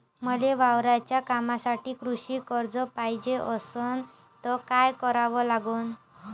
मले वावराच्या कामासाठी कृषी कर्ज पायजे असनं त काय कराव लागन?